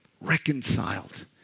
Reconciled